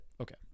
Okay